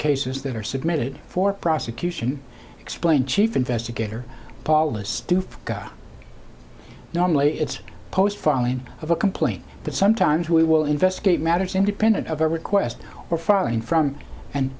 cases that are submitted for prosecution explained chief investigator paulus do for normally it's post filing of a complaint but sometimes we will investigate matters independent of a request or filing from an